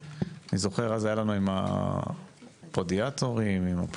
אני זוכר מה היה לנו אז עם הפודיאטרים והפודולוגים.